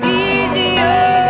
easier